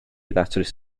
ddatrys